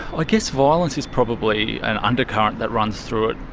i guess violence is probably an undercurrent that runs through it.